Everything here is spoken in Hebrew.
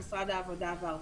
במשרד העבודה והרווחה.